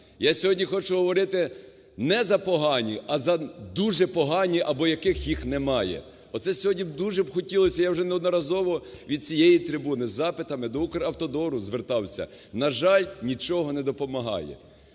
Я сьогодні хочу говорити не за погані, а за дуже погані або яких їх немає. Оце сьогодні дуже б хотілося, я вже неодноразово від цієї трибуни з запитами до Укравтодору звертався. На жаль, нічого не допомагає.